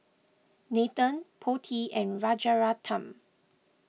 Nathan Potti and Rajaratnam